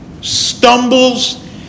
stumbles